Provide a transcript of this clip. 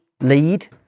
lead